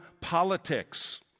politics